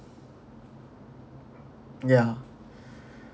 yeah